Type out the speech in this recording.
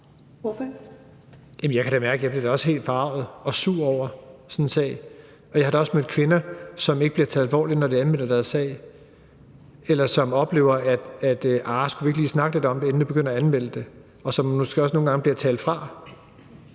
Jamen jeg kan da mærke, at jeg også bliver helt forarget og sur over sådan en sag. Jeg har da også mødt kvinder, som ikke bliver taget alvorligt, når de anmelder deres sag, eller som oplever, at der bliver sagt: Skal vi ikke lige snakke lidt om det, inden du begynder at anmelde det? Og der er kvinder, som måske også nogle gange bliver talt fra